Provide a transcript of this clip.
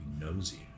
nosy